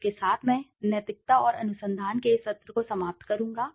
इसके साथ मैं नैतिकता और अनुसंधान के इस सत्र को समाप्त करूंगा